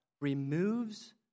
removes